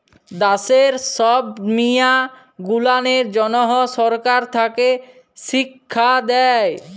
দ্যাশের ছব মিয়াঁ গুলানের জ্যনহ সরকার থ্যাকে শিখ্খা দেই